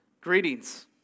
Greetings